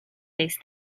these